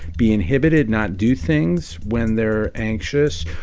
be inhibited, not do things, when they're anxious.